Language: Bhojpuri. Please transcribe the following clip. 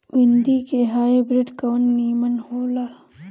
भिन्डी के हाइब्रिड कवन नीमन हो ला?